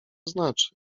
znaczy